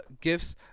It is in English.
gifts